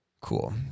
cool